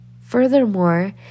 Furthermore